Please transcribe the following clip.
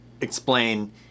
explain